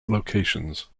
locations